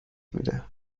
میره